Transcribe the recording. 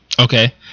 Okay